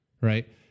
right